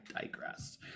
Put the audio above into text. digress